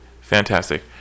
Fantastic